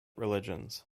religions